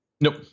nope